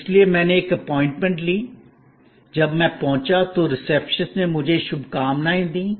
इसलिए मैंने एक अपॉइंटमेंट ली जब मैं पहुंचा तो रिसेप्शनिस्ट ने मुझे शुभकामनाएं दीं